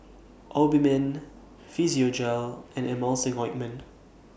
Obimin Physiogel and Emulsying Ointment